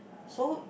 so